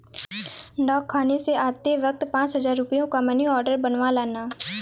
डाकखाने से आते वक्त पाँच हजार रुपयों का मनी आर्डर बनवा लाना